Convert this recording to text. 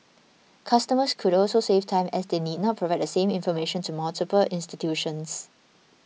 customers could also save time as they need not provide the same information to multiple institutions